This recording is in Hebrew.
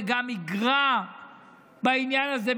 זה גם יגרע בעניין הזה,